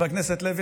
חבר הכנסת לוי,